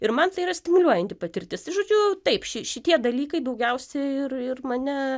ir man tai yra stimuliuojanti patirtis tai žodžiu taip ši šitie dalykai daugiausia ir ir mane